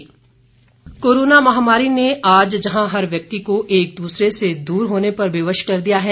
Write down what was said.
SDM corona महामारी ने आज जहां हर व्यक्ति को एक दूसरे से दूर होने पर विवश कर दिया है